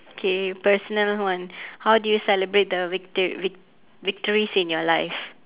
okay personal one how do you celebrate the vitor~ vic~ victories in your life